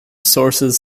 sources